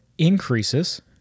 increases